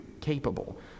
capable